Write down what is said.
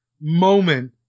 moment